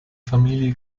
familie